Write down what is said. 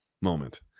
moment